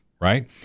Right